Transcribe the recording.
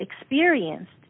experienced